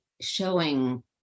showing